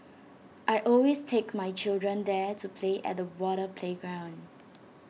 I always take my children there to play at the water playground